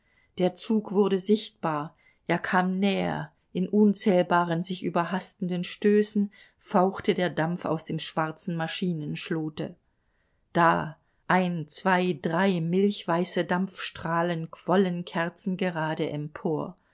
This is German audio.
der zug wurde sichtbar er kam näher in unzählbaren sich überhastenden stößen fauchte der dampf aus dem schwarzen maschinenschlote da ein zwei drei milchweiße dampfstrahlen quollen kerzengrade empor